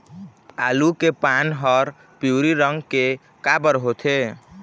आलू के पान हर पिवरी रंग के काबर होथे?